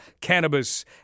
cannabis